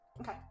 Okay